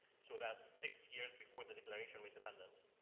so that's six years before the declaration of independence,